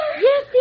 Yes